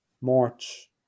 March